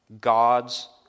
God's